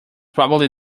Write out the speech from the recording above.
probably